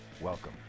welcome